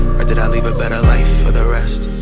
or did i leave a better life for the rest?